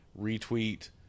retweet